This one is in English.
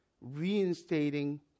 reinstating